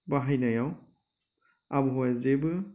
बाहायनायाव आबहावाया जेबो